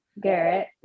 Garrett